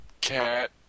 cat